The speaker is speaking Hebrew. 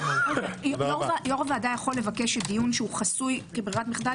יו"ר הוועדה יכול לבקש דיון שהוא חסוי כברירת מחדל,